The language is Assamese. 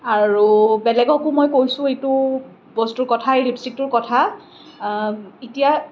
আৰু বেলেগকো মই কৈছো এইটো বস্তুৰ কথা এই লিপষ্টিকটোৰ কথা এতিয়া